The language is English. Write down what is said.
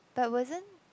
but wasn't